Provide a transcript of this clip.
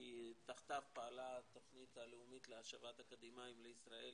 כי תחתיו פעלה התוכנית הלאומית להשבת אקדמאים לישראל,